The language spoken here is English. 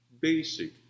basic